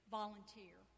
volunteer